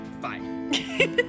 bye